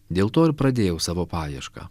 dėl to ir pradėjau savo paiešką